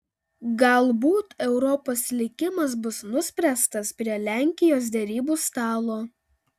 galbūt europos likimas bus nuspręstas prie lenkijos derybų stalo